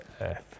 earth